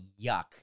yuck